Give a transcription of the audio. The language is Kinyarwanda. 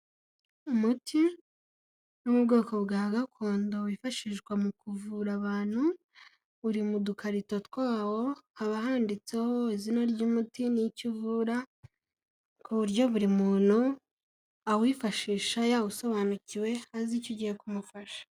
Umuti wo mu bwoko bwa gakondo wifashishwa mu kuvura abantu, uri mu dukarito twawo, haba handitseho izina ry'umuti n'icyo uvura, ku buryo buri muntu awifashisha yawusobanukiwe azi icyo ugiye kumufasha.